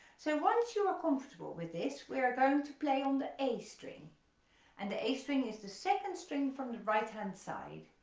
so once you are comfortable with this we are going to play on the a string and the a string is the second string from the right hand side,